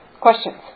questions